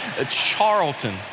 Charlton